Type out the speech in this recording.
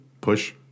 Push